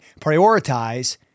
prioritize